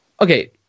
Okay